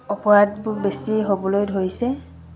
অপৰাধবোৰ বেছি হ'বলৈ ধৰিছে